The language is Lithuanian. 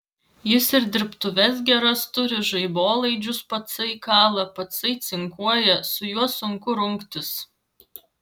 jis ir dirbtuves geras turi žaibolaidžius patsai kala patsai cinkuoja su juo sunku rungtis